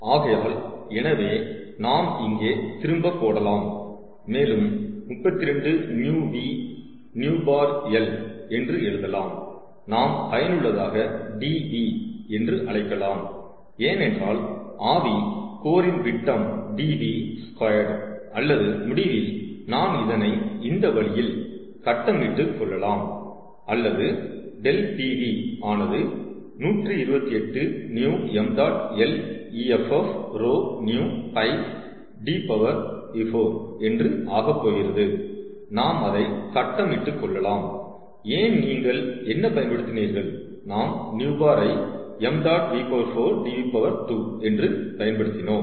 ஆகையால் எனவே நாம் இங்கே திரும்ப போடலாம் மேலும் 32 μv 𝑣̅L என்று எழுதலாம் நாம் பயனுள்ளதாக Dv என்று அழைக்கலாம் ஏனென்றால் ஆவி கோரின் விட்டம் Dv ஸ்கொயர் அல்லது முடிவில் நாம் இதனை இந்த வழியில் கட்டம் இட்டு கொள்ளலாம் அல்லது ∆Pv ஆனது 128 𝑣𝑚̇Leff𝜌𝑣𝜋Dv4 என்று ஆகப்போகிறது நாம் அதை கட்டம் இட்டுக் கொள்ளலாம் ஏன் நீங்கள் என்ன பயன்படுத்தினீர்கள் நாம் 𝑣̅ ஐ 𝑚̇v4Dv2 என்று பயன்படுத்தினோம்